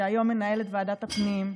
שהיום מנהלת ועדת הפנים.